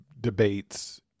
debates